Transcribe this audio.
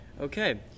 Okay